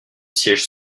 siège